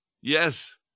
yes